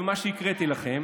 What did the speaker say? זה מה שהקראתי לכם.